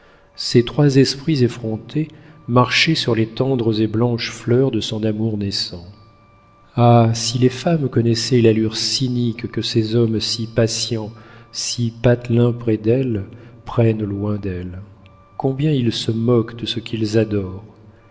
ces trois esprits effrontés marchaient sur les tendres et blanches fleurs de son amour naissant ah si les femmes connaissaient l'allure cynique que ces hommes si patients si patelins près d'elles prennent loin d'elles combien ils se moquent de ce qu'ils adorent